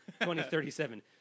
2037